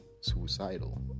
suicidal